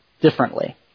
differently